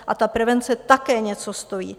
A ta prevence také něco stojí.